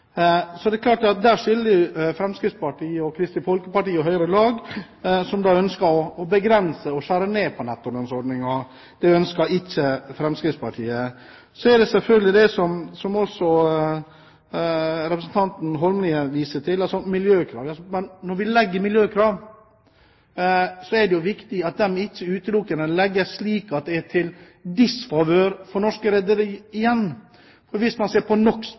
Kristelig Folkeparti og Høyre. De ønsker å begrense og skjære ned på nettolønnsordningen. Det ønsker ikke Fremskrittspartiet. Så er det miljøkravet, som også representanten Holmelid viste til. Når vi setter miljøkrav, er det viktig at de ikke utelukkende er slik at de er til disfavør for norske rederier igjen. Hvis man ser på